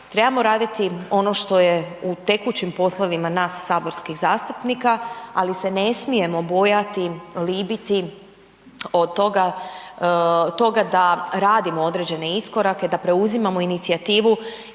trebamo raditi ono što je u tekućim poslovima nas saborskih zastupnika ali se ne smijemo bojati, libiti od toga da radimo određene iskorake, da preuzimamo inicijativu